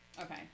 Okay